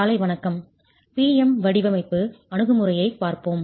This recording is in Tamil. காலை வணக்கம் P M வடிவமைப்பு அணுகுமுறையைப் பார்ப்போம்